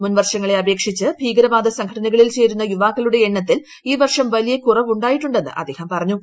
മുൻവർഷങ്ങളെ അപേക്ഷിച്ച് ഭീകരവാദ സംഘടനകളിൽ ചേരുന്ന യുവാക്കളുടെ എണ്ണത്തിൽ ഈ വർഷം വലിയ കുറവ് ഉ ായിട്ടുടെ ന്ന് അദ്ദേഹം പറഞ്ഞു